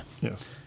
Yes